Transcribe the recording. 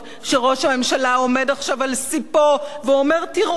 שראש הממשלה עומד עכשיו על ספו ואומר: תראו,